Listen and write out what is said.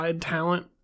talent